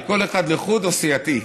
לכל אחד לחוד או סיעתי?